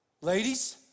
Ladies